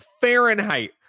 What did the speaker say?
Fahrenheit